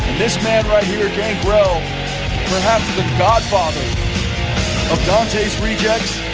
this man right here gangrel perhaps the godfather of dantes rejects